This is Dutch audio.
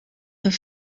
een